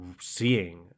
seeing